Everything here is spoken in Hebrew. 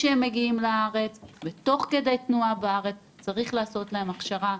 לפני שהם מגיעים לארץ ותוך כדי תנועה בארץ צריך לעשות להם הכשרה.